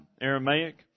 Aramaic